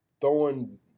throwing